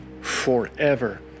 forever